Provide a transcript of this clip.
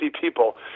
people